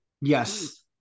yes